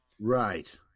Right